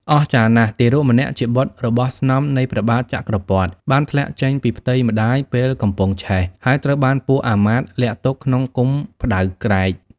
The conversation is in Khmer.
អស្ចារ្យណាស់ ទារកម្នាក់ជាបុត្ររបស់ស្នំនៃព្រះបាទចក្រពត្តិ បានធ្លាក់ចេញពីផ្ទៃម្តាយពេលកំពុងឆេះ ហើយត្រូវបានពួកអាមាត្យលាក់ទុកក្នុងគុម្ពផ្តៅក្រែក ។